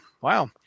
Wow